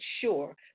sure